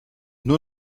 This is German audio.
nur